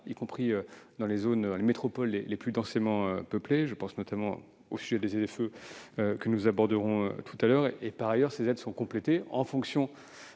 y compris dans les métropoles les plus densément peuplées. Je pense notamment à la question des ZFE, que nous aborderons plus tard. Par ailleurs, ces aides sont complétées en fonction